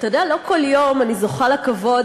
אתה יודע, לא כל יום אני זוכה לכבוד,